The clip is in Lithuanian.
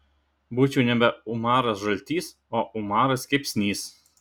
būčiau nebe umaras žaltys o umaras kepsnys